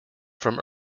from